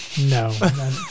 No